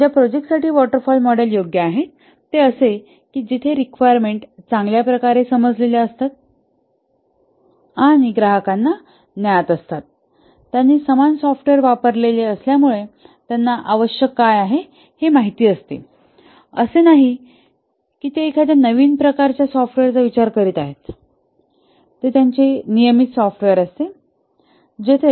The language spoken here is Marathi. ज्या प्रोजेक्ट साठी वॉटर फॉल मॉडेल योग्य आहेत ते असे की जिथेरिक्वायरमेंट चांगल्या प्रकारे समजलेल्या असतात आणि ग्राहकांना ज्ञात असतात त्यांनी समान सॉफ्टवेअर वापरलेले असल्यामुळे त्यांना आवश्यक काय आहे हे माहित असते असे नाही की ते एखाद्या नवीन प्रकारच्या सॉफ्टवेअरचा विचार करीत आहेत ते नियमित सॉफ्टवेअर असते